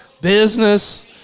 Business